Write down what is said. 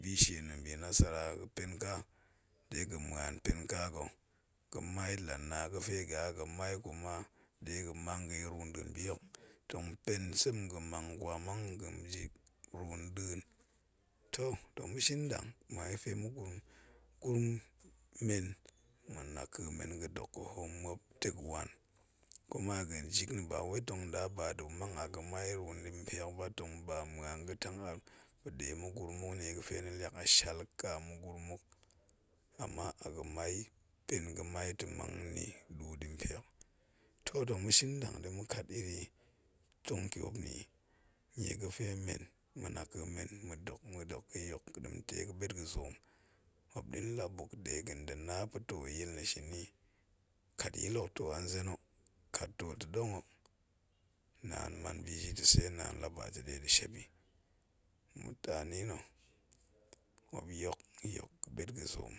Bishe nda̱a̱n bi nasara ga̱ penka de ga̱n muan pen ka ga̱, garmai la ga̱fe ga̱a ga̱mai, de ga̱ mang ga̱ run nda̱a̱n bihok, tong pen sem ga̱ ma nkwa mang muk sa̱njik run nda̱a̱n, toh, tong ga̱ shin ndang, fe muguran men, ma̱ haka̱ men ga̱ dok hoom muop wan, kuma ga̱njik bawai tong da ba da̱mang a ga̱mai run npe hok ba tong muan ga̱ tang a yam na̱a̱n muk run i, niega̱fe ni liak a ka ma̱ gurum muk, amma a ga̱mai pen ga̱mai ta̱ mung ni run i di toh tong ma̱ shin ndang de ma̱ kat iri tong tiop na̱i niega̱fe men, ma̱ naka̱ men ma̱ dok, ma̱dok ga̱ yok dentei ga̱ pa̱zung ga̱ zoom muop din la̱ buk dega̱nda̱ na pa̱ du yil na̱ shiri. kat ntoo ta̱dongo. Na'an manbiji ta̱ sa̱i naan la ba ta̱dega̱ shepi, mutane na̱ muop yok nyok ga̱ bet ga̱ zoom.